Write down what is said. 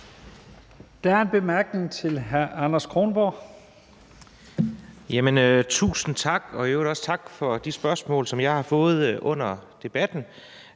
Anders Kronborg. Kl. 14:13 Anders Kronborg (S): Tusind tak, og i øvrigt også tak for de spørgsmål, som jeg har fået under debatten.